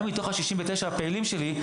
גם מתוך ה-69 הפעילים שלי,